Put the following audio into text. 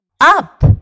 up